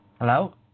Hello